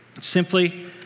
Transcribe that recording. simply